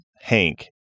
hank